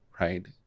right